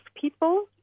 people